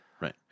right